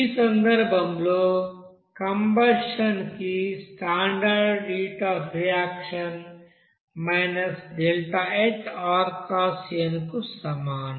ఈ సందర్భంలో కంబషన్ కి standard heat of reaction ΔHrxn కు సమానం